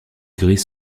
gris